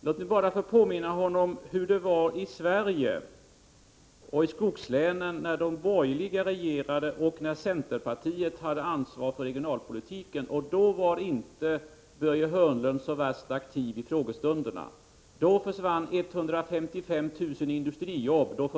Låt mig bara få påminna honom om hur det var i Sverige och i skogslänen när de borgerliga regerade och centerpartiet hade ansvar för regionalpolitiken — då var inte Börje Hörnlund så värst aktiv i frågestunderna. Under den perioden försvann 155 000 industrijobb.